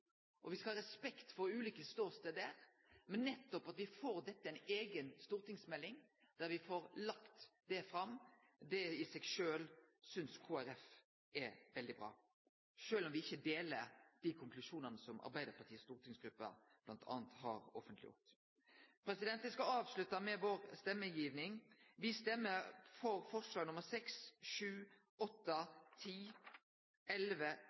og me skal ha respekt for ulike ståstader. Men nettopp det at me får ei eiga stortingsmelding der me får lagt fram alt, synest Kristeleg Folkeparti i seg sjølv er veldig bra, sjølv om me ikkje deler dei konklusjonane som Arbeidarpartiets stortingsgruppe bl.a. har offentleggjort. Eg skal avslutte med vår stemmegiving. Me stemmer for